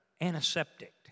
antiseptic